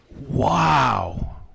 Wow